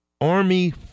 Army